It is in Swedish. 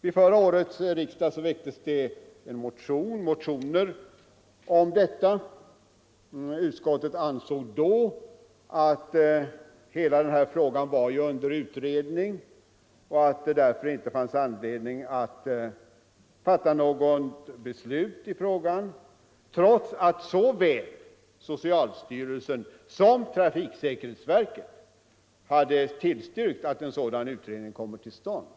Vid förra årets riksdag väcktes motioner om en sådan utredning. Utskottet ansåg då att hela den här frågan var under utredning och att det därför inte fanns anledning att fatta något beslut om en särskild utredning, trots att såväl socialstyrelsen som trafiksäkerhetsverket hade tillstyrkt att en utredning skulle komma till stånd.